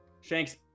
Shanks